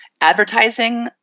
advertising